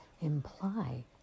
imply